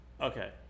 Okay